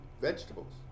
vegetables